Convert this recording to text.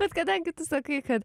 bet kadangi tu sakai kad